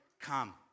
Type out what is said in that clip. come